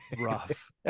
Rough